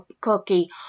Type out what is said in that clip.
cookie